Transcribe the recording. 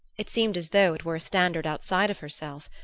it seemed as though it were a standard outside of herself,